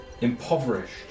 impoverished